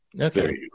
Okay